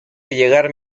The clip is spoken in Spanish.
llegar